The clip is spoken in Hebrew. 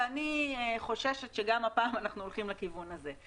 ואני חוששת שגם הפעם אנחנו הולכים לכיוון הזה.